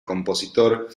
compositor